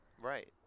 Right